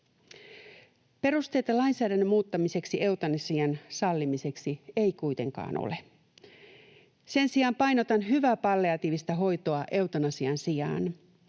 Perusteita lainsäädännön muuttamiseksi eutanasian sallimiseksi ei kuitenkaan ole. Sen sijaan painotan hyvää palliatiivista hoitoa eutanasian sijaan.